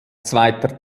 zweiter